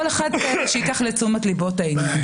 כל אחד שייקח לתשומת ליבו את העניין.